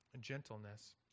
gentleness